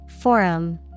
Forum